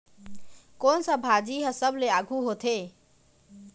कोन सा भाजी हा सबले आघु होथे?